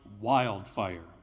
wildfire